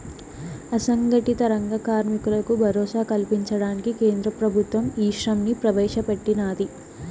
అసంగటిత రంగ కార్మికులకు భరోసా కల్పించడానికి కేంద్ర ప్రభుత్వం ఈశ్రమ్ ని ప్రవేశ పెట్టినాది